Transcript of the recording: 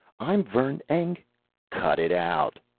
i'm vern eng cut it out!